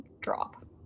drop